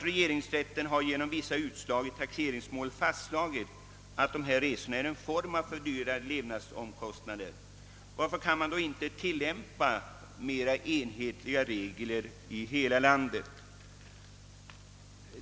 Regeringsrätten har genom vissa utslag i taxeringsmål fastslagit att dessa resor än en form av fördyrade levnads: kostnader. Varför kan man då inte tilllämpa enhetliga regler i hela landet?